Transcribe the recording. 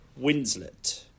Winslet